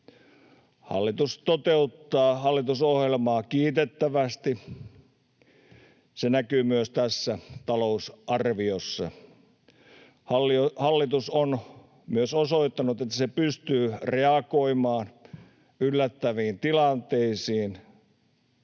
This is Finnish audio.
Hallitus toteuttaa hallitusohjelmaa kiitettävästi. Se näkyy myös tässä talousarviossa. Hallitus on myös osoittanut, että se pystyy reagoimaan yllättäviin tilanteisiin.